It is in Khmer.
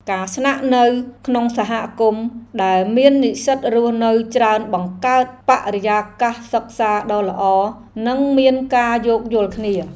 ការស្នាក់នៅក្នុងសហគមន៍ដែលមាននិស្សិតរស់នៅច្រើនបង្កើតបរិយាកាសសិក្សាដ៏ល្អ និងមានការយោគយល់គ្នា។